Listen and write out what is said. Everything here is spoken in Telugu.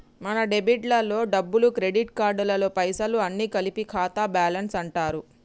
మన డెబిట్ లలో డబ్బులు క్రెడిట్ కార్డులలో పైసలు అన్ని కలిపి ఖాతా బ్యాలెన్స్ అంటారు